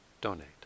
donate